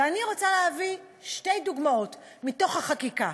ואני רוצה להביא שתי דוגמאות מתוך החקיקה: